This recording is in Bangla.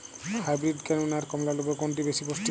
হাইব্রীড কেনু না কমলা লেবু কোনটি বেশি পুষ্টিকর?